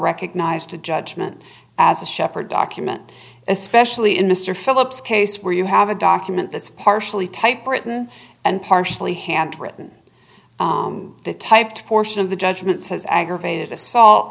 recognized the judgment as a shepherd document especially in mr philips case where you have a document that's partially typewritten and partially handwritten the typed portion of the judgment says aggravated assault